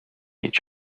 each